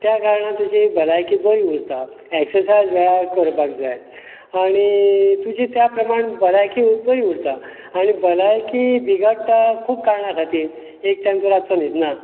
त्या कारणान तुजी भलायकी बरी उरता एक्ससायज वेळार करपाक जाय आनी तुजी त्या प्रमाण भलायकी बरी उरता आनी भलायकी बिगाडटा खूब कारणां खातीर एक ताचो रातचो न्हिदना